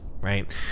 right